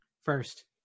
First